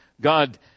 god